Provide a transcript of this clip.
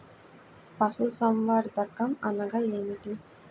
పశుసంవర్ధకం అనగా ఏమి?